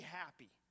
happy